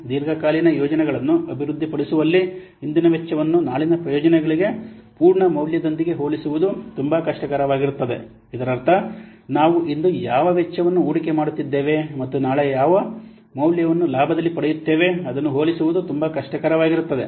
ದೀರ್ಘಕಾಲೀನ ಯೋಜನೆಗಳನ್ನು ಅಭಿವೃದ್ಧಿಪಡಿಸುವಲ್ಲಿ ಇಂದಿನ ವೆಚ್ಚವನ್ನು ನಾಳಿನ ಪ್ರಯೋಜನಗಳ ಪೂರ್ಣ ಮೌಲ್ಯದೊಂದಿಗೆ ಹೋಲಿಸುವುದು ತುಂಬಾ ಕಷ್ಟವಾಗಿರುತ್ತದೆ ಇದರರ್ಥ ನಾವು ಇಂದು ಯಾವ ವೆಚ್ಚವನ್ನು ಹೂಡಿಕೆ ಮಾಡುತ್ತಿದ್ದೇವೆ ಮತ್ತು ನಾಳೆ ನಾವು ಯಾವ ಮೌಲ್ಯವನ್ನು ಲಾಭದಲ್ಲಿ ಪಡೆಯುತ್ತೇವೆ ಅದನ್ನು ಹೋಲಿಸುವುದು ತುಂಬಾ ಕಷ್ಟವಾಗಿರುತ್ತದೆ